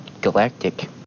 Galactic